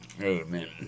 Amen